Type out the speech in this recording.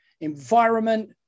environment